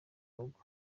rugo